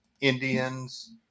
Indians